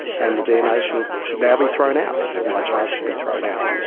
and the dna should should now be thrown out and my charge should be thrown out.